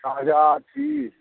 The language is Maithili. ताजा छी